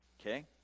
Okay